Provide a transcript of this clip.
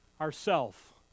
Ourself